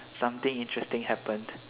something interesting happened